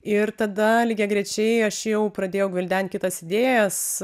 ir tada lygiagrečiai aš jau pradėjau gvildent kitas idėjas